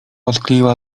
odkleiła